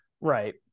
Right